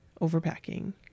overpacking